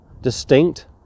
distinct